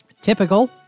Typical